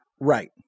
Right